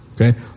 Okay